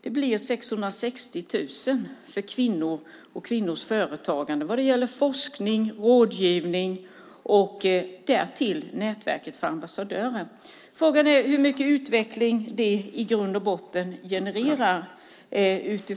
Det blir alltså 660 000 kronor för kvinnor och kvinnors företagande - forskning rådgivning och nätverket för ambassadörerna. Frågan är hur mycket utveckling det i grund och botten genererar.